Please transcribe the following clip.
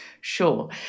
Sure